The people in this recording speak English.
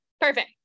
perfect